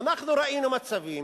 ואנחנו ראינו מצבים